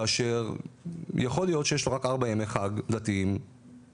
כאשר יכול להיות שיש לו רק ארבע ימי חג דתיים בדתו,